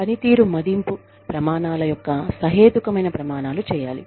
పనితీరు మదింపు ప్రమాణాల యొక్క సహేతుకమైన ప్రమాణాలు చేయాలి